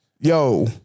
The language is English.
Yo